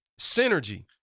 synergy